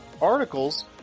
articles